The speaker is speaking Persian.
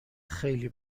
خیلی